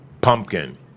pumpkin